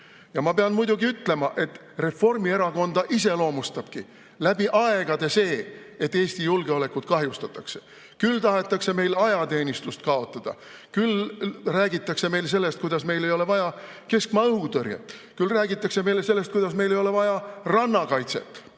Ma pean muidugi ütlema, et Reformierakonda iseloomustabki läbi aegade see, et Eesti julgeolekut kahjustatakse. Küll tahetakse meil ajateenistust kaotada, küll räägitakse meile sellest, kuidas meil ei ole vaja keskmaa õhutõrjet, küll räägitakse meile sellest, kuidas meil ei ole vaja rannakaitset.